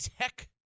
tech